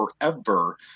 forever